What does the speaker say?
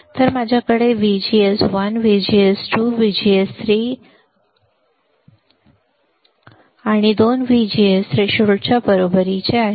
तर माझ्याकडे आहे VGS1 VGS2 VGS3 2 VGS थ्रेशोल्डच्या बरोबरीचे आहे